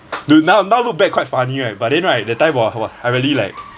dude now now look back quite funny right but then right that time !wah! !wah! I really like